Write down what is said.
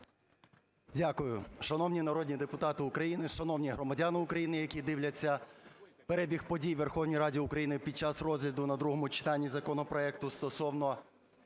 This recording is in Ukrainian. Дякую. Шановні народні депутати України, шановні громадяни України, які дивляться перебіг подій у Верховній Раді України під час розгляду на другому читанні законопроекту стосовно